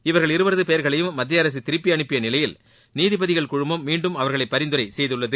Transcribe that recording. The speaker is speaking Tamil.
இவர்கள் இருவரது பெயர்களையும் மத்திய அரசு திருப்பி அனுப்பிய நிலையில் நீதிபதிகள் குழுமம் மீண்டும் அவர்களை பரிந்துரை செய்துள்ளது